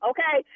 Okay